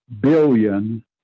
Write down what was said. billion